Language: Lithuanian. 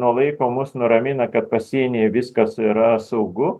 nuo laiko mus nuramina kad pasienyje viskas yra saugu